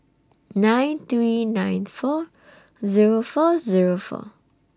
nine three nine four Zero four Zero four